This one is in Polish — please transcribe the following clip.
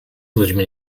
ludźmi